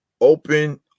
open